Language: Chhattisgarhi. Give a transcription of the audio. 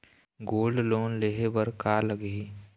गोल्ड लोन लेहे बर का लगही?